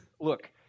look